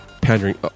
pandering